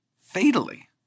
fatally